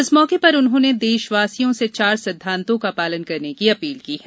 इस मौके पर उन्होंने देशवासियों से चार सिद्धांतों का पालन करने की अपील की है